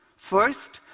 first,